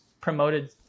promoted